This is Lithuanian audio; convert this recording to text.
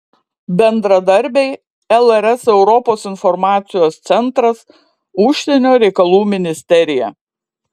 bendradarbiai lrs europos informacijos centras užsienio reikalų ministerija